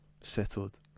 settled